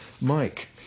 Mike